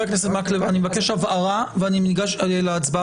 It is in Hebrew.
הכנסת מקלב אני מבקש הבהרה ואני ניגש להצבעה.